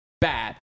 Bad